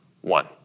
one